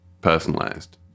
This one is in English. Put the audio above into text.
personalized